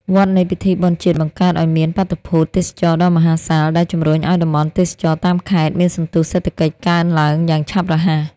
វដ្តនៃពិធីបុណ្យជាតិបង្កើតឱ្យមានបាតុភូត "ទេសចរណ៍ដ៏មហាសាល" ដែលជំរុញឱ្យតំបន់ទេសចរណ៍តាមខេត្តមានសន្ទុះសេដ្ឋកិច្ចកើនឡើងយ៉ាងឆាប់រហ័ស។